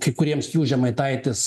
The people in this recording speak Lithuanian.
kai kuriems jų žemaitaitis